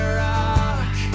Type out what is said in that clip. rock